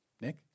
Nick